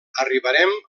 arribarem